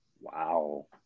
Wow